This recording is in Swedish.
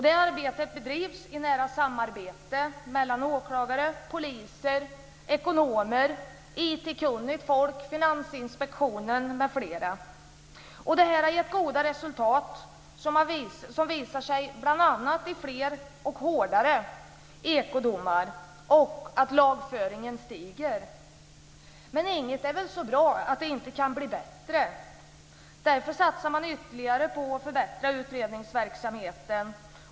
Det arbetet bedrivs i nära samarbete mellan åklagare, poliser, ekonomer, IT-kunnigt folk, Finansinspektionen, m.fl. Och det här har gett goda resultat som visar sig bl.a. i fler och hårdare ekodomar och att lagföringen stiger. Men inget är väl så bra att det inte kan bli bättre. Därför satsar man ytterligare på att förbättra utredningsverksamheten.